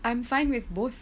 I'm fine with both